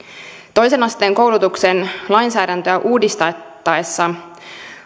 toisen asteen koulutuksen lainsäädäntöä uudistettaessa